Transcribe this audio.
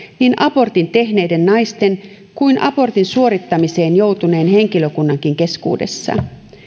niin abortin tehneiden naisten kuin abortin suorittamiseen joutuneen henkilökunnankin keskuudessa